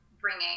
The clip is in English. bringing